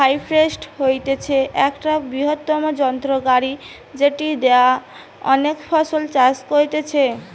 harvester হতিছে একটা বৃহত্তম যন্ত্র গাড়ি যেটি দিয়া অনেক ফসল চাষ করতিছে